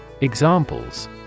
Examples